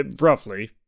roughly